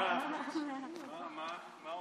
הרזומה שלך,